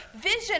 vision